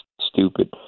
stupid